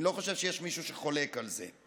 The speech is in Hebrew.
אני לא חושב שיש מישהו שחולק על זה,